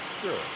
sure